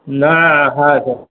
નાઆઆ હા સર